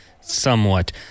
somewhat